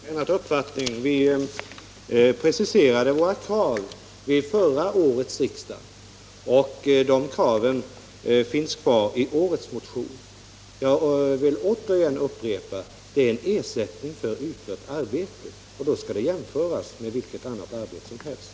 Herr talman! Vi har inte ändrat uppfattning. Vi preciserade våra krav vid förra årets riksdag, och de kraven finns kvar i årets motion. Jag vill upprepa att vårdnadsbidraget är en ersättning för utfört arbete. Det skall då jämföras med vilket annat arbete som helst.